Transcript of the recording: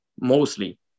mostly